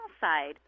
side